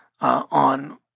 on